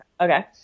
Okay